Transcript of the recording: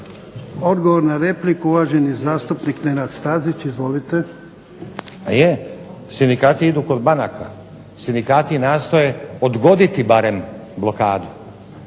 Odgovor na repliku, uvaženi zastupnik Nenad Stazić. Izvolite. **Stazić, Nenad (SDP)** Je, sindikati idu kod banaka, sindikati nastoje odgoditi barem blokadu,